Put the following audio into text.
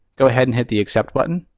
go ahead and hit the accept button.